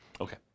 Okay